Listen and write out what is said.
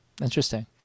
Interesting